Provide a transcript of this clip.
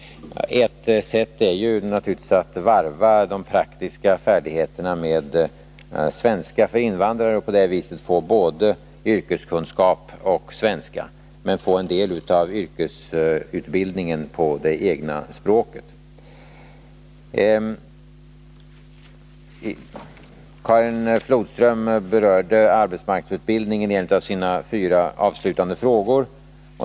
Ett sätt är naturligtvis att varva de praktiska färdigheterna med svenska för invandrare och på det viset ge både yrkeskunskap och kunskaper i svenska, samtidigt som en del av yrkesutbildningen sker på det egna språket. Karin Flodström berörde också arbetsmarknadsutbildningen i en av sina fyra avslutande frågor.